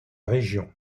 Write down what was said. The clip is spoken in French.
région